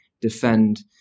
defend